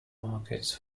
markets